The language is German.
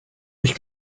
ich